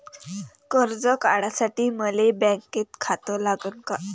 कर्ज काढासाठी मले बँकेत खातं लागन का?